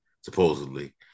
supposedly